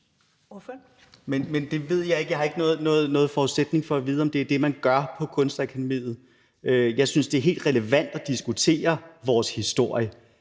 Det ved jeg ikke. Jeg har ikke nogen forudsætninger for at vide, om det er det, man gør på Kunstakademiet. Jeg synes, det er helt relevant at diskutere vores historie.